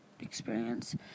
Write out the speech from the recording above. experience